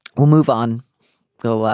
we'll move on we'll